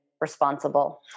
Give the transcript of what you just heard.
responsible